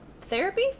therapy